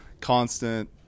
constant